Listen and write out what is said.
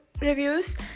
reviews